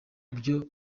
byo